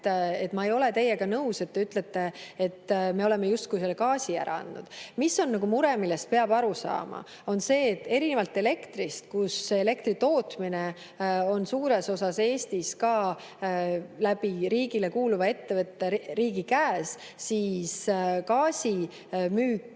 Ma ei ole teiega nõus, kui te ütlete, et me oleme justkui gaasi ära andnud. Mure, millest peab aru saama, on see, et erinevalt elektrist, kus elektritootmine on suures osas Eestis riigile kuuluva ettevõtte käes, on gaasi müük